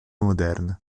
moderna